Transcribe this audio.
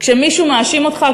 כשמישהו מאשים אותך,